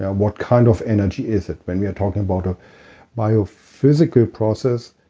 what kind of energy is it? when we are talking about a biophysical process,